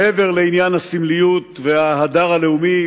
מעבר לעניין הסמליות וההדר הלאומי,